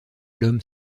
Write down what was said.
l’homme